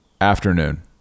afternoon